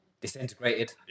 disintegrated